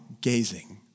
gazing